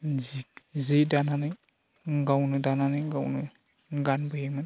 जि जि दानानै गावनो दानानै गावनो गानबोयोमोन